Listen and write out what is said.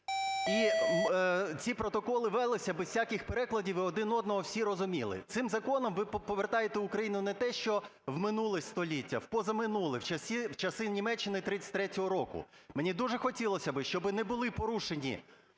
І ці протоколи велися без всяких перекладів і один одного всі розуміли. Цим законом ви повертаєте Україну не те що в минуле століття, в позаминуле – в часи Німеччини 33-го року. Мені дуже хотілося би, щоби не були порушені